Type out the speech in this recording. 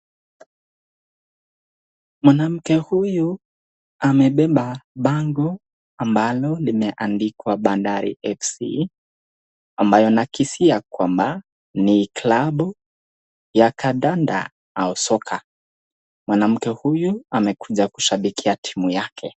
Mwanamke huyu amebeba bango ambalo limeandikwa Bandari F.C. ambayo nakisia kwamba ni klabu ya kadanda au soka. Mwanamke huyu amekuja kushabikia timu yake.